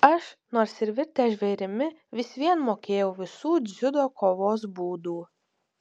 aš nors ir virtęs žvėrimi vis vien mokėjau visų dziudo kovos būdų